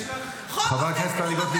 יש לך --- חברת הכנסת טלי גוטליב,